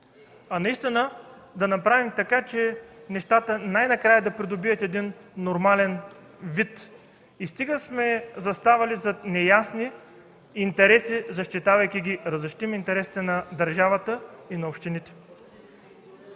случи, а да направим така, че нещата най-накрая да придобият нормален вид. Стига сме заставали зад неясни интереси, защитавайки ги, а да защитим интересите на държавата и на общините!